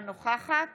אינה נוכחת